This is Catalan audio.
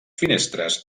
finestres